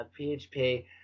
PHP